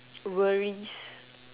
worries